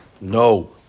no